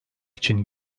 için